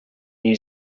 new